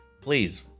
Please